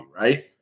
right